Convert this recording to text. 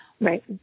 Right